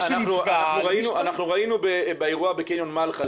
אזרח שנפגע --- אנחנו ראינו באירוע בקניון מלחה,